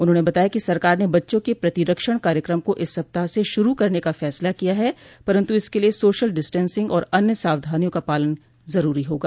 उन्होंने बताया कि सरकार ने बच्चों के प्रतिरक्षण कार्यक्रम को इस सप्ताह से शुरू करने का फैसला किया है परन्तु इसके लिये सोशल डिस्टेंसिंग और अन्य सावधानियों का पालन जरूरी होगा